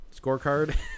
scorecard